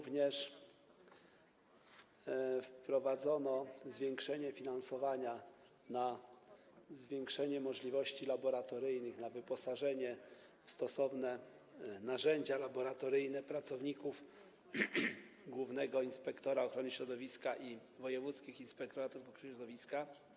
Wprowadzono również zwiększenie finansowania na zwiększenie możliwości laboratoryjnych, na wyposażenie w stosowne narzędzia laboratoryjne pracowników Głównego Inspektoratu Ochrony Środowiska i wojewódzkich inspektoratów ochrony środowiska.